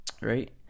right